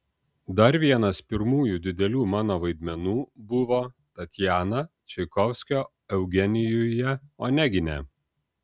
dar vienas pirmųjų didelių mano vaidmenų buvo tatjana čaikovskio eugenijuje onegine